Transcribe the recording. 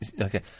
Okay